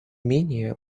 менее